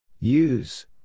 Use